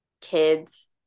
kids